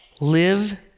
live